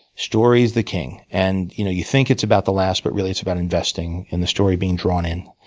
story is the king. and you know you think it's about the laughs, but really, it's about investing in the story being drawn in.